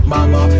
Mama